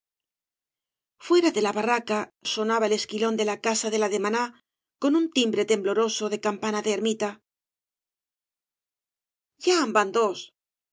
fuera de la barraca sonaba el esquilón de la casa de la demaná con un timbre tembloroso de campana de ermita ya en van dos